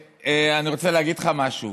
אני רוצה להגיד לך משהו.